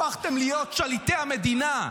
הפכתם להיות שליטי המדינה,